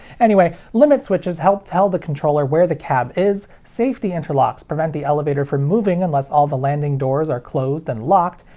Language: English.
anyway, limit switches help tell the controller where the cab is, safety interlocks prevent the elevator from moving unless all the landing doors are closed and locked,